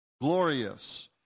Glorious